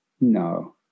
no